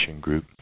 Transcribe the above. group